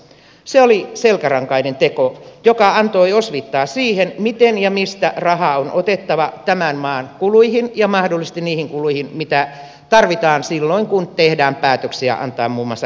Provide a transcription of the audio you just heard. se oli selkärankainen teko joka antoi osviittaa siihen miten ja mistä rahaa on otettava tämän maan kuluihin ja mahdollisesti niihin kuluihin mitä tarvitaan silloin kun tehdään päätöksiä antaa muun muassa kreikalle jotakin